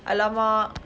!alamak!